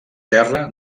terra